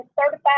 Certified